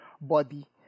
body